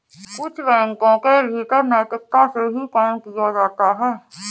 कुछ बैंकों के भीतर नैतिकता से ही काम किया जाता है